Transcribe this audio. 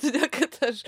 todėl kad aš